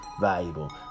valuable